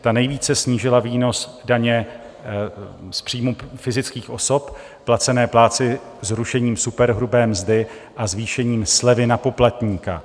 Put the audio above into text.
Ta nejvíce snížila výnos daně z příjmů fyzických osob placené plátci zrušením superhrubé mzdy a zvýšením slevy na poplatníka.